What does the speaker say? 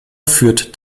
führt